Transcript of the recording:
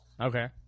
okay